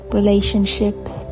relationships